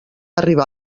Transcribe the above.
arribar